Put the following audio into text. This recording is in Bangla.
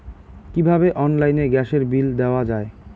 কিভাবে অনলাইনে গ্যাসের বিল দেওয়া যায়?